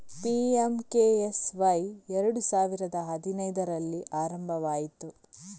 PMKSY ಎರಡು ಸಾವಿರದ ಹದಿನೈದರಲ್ಲಿ ಆರಂಭವಾಯಿತು